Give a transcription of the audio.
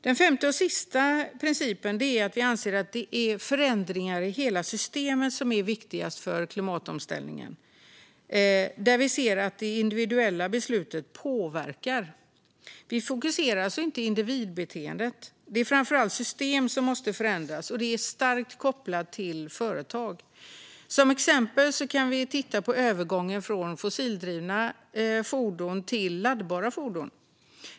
Den femte och sista principen är att vi anser att det är förändringar av hela systemen som är viktigast för klimatomställningen, där det individuella beslutet påverkar. Vi fokuserar alltså inte på individbeteendet. Det är framför allt system som måste förändras, vilket är starkt kopplat till företag. Som exempel kan vi se på övergången från fossildriva fordon till laddbara fordon.